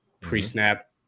pre-snap